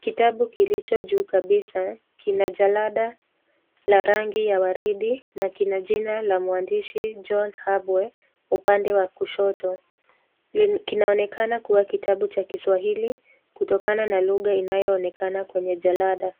Kitabu kilicho juu kabisa kina jalada la rangi waridi na kina jina la mwandishi John Habwe upande wa kushoto. Kinaonekana kuwa kitabu cha kiswahili kutokana na lugha inayoonekana kwenye jalada.